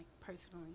personally